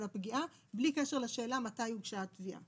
הפגיעה בלי קשר לשאלה מתי הוגשה התביעה.